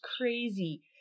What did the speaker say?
crazy